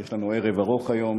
יש לנו ערב ארוך היום